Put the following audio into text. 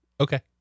Okay